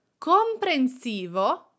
comprensivo